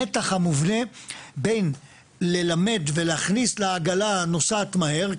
המתח המובנה בין ללמד ולהכניס לעגלה הנוסעת מהר,